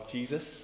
Jesus